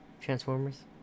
Transformers